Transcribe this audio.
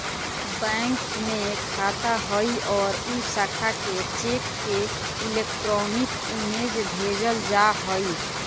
bank में खाता हइ और उ शाखा के चेक के इलेक्ट्रॉनिक इमेज भेजल जा हइ